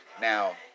Now